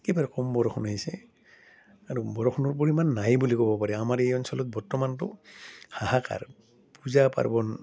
একেবাৰে কম বৰষুণ আহিছে আৰু বৰষুণৰ পৰিমাণ নাই বুলি ক'ব পাৰি আমাৰ এই অঞ্চলত বৰ্তমানটো হাহাকাৰ পূজা পাৰ্বণ